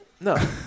No